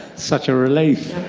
such a relief!